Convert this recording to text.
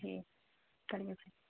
جی کریے